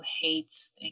hates